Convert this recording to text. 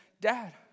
dad